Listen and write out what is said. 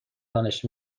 دانش